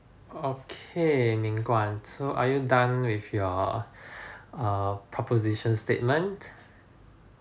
okay ming-guan so are you done with your err proposition statement